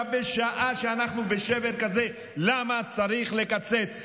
בשעה שאנחנו בשבר כזה, למה צריך לקצץ?